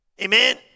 Amen